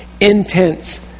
Intense